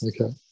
okay